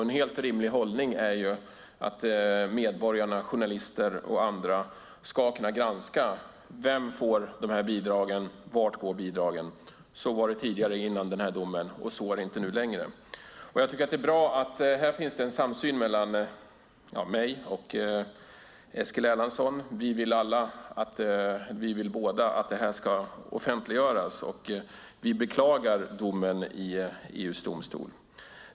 En helt rimlig hållning är ju att medborgare, journalister och andra ska kunna granska vart bidragen går. Så var det tidigare, innan domen föll, men så är det inte nu längre. Det är bra att det finns en samsyn mellan mig och Eskil Erlandsson här. Vi vill båda att det ska offentliggöras, och vi beklagar domen i EU:s domstol.